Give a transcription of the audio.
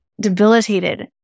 debilitated